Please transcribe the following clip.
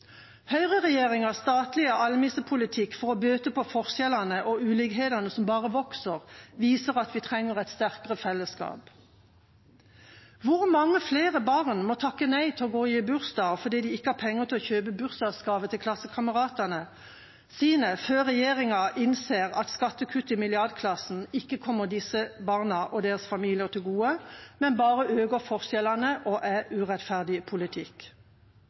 statlige almissepolitikk for å bøte på forskjellene og ulikhetene som bare vokser, viser at vi trenger et sterkere fellesskap. Hvor mange flere barn må takke nei til å gå i gebursdag fordi de ikke har penger til å kjøpe bursdagsgave til klassekameratene sine, før regjeringa innser at skattekutt i milliardklassen ikke kommer disse barna og deres familier til gode, men bare øker forskjellene og er urettferdig politikk?